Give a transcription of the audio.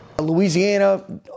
Louisiana